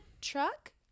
truck